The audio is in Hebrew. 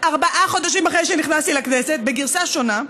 ארבעה חודשים אחרי שנכנסתי לכנסת, בגרסה שונה.